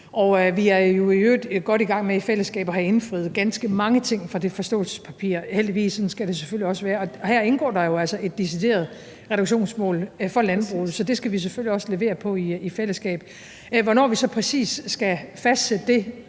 og vi er jo i øvrigt godt i gang med i fællesskab at have indfriet ganske mange ting fra det forståelsespapir – heldigvis, sådan skal det selvfølgelig også være. Her indgår der jo altså et decideret reduktionsmål for landbruget, så det skal vi selvfølgelig også levere på i fællesskab. Hvornår vi så præcis skal fastsætte det